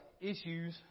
issues